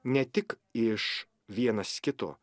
ne tik iš vienas kito